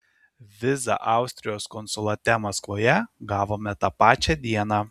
vizą austrijos konsulate maskvoje gavome tą pačią dieną